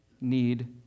need